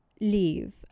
leave